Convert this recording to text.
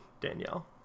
Danielle